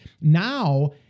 Now